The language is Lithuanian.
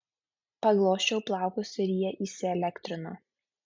paglosčiau plaukus ir jie įsielektrino